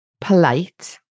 polite